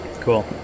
cool